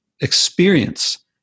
experience